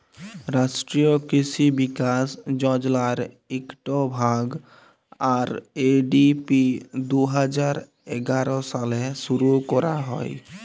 রাষ্ট্রীয় কিসি বিকাশ যজলার ইকট ভাগ, আর.এ.ডি.পি দু হাজার এগার সালে শুরু ক্যরা হ্যয়